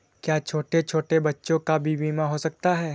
क्या छोटे छोटे बच्चों का भी बीमा हो सकता है?